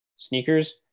sneakers